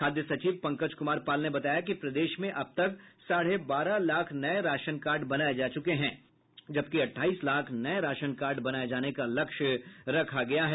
खाद्य सचिव पंकज कुमार पाल ने बताया कि प्रदेश में अब तक साढ़े बारह लाख नये राशन कार्ड बनाये जा चुके हैं जबकि अट्ठाईस लाख नये राशन कार्ड बनाये जाने का लक्ष्य रखा गया है